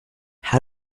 how